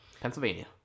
Pennsylvania